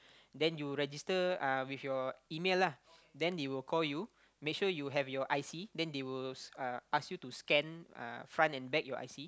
then you register uh with your email lah then they will call you make sure you have your I_C then they will uh ask you to scan uh front and back your I_C